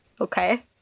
Okay